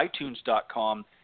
itunes.com